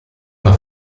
una